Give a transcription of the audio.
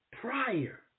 prior